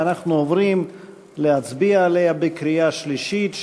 ואנחנו עוברים להצביע עליה בקריאה שלישית,